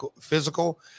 physical